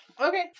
Okay